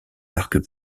parcs